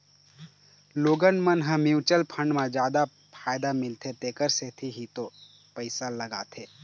लोगन मन ह म्युचुअल फंड म जादा फायदा मिलथे तेखर सेती ही तो पइसा लगाथे